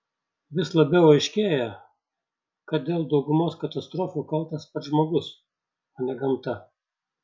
vis labiau aiškėja kad dėl daugumos katastrofų kaltas pats žmogus o ne gamta